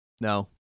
No